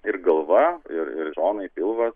ir galva ir ir šonai pilvas